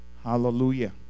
hallelujah